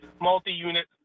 multi-unit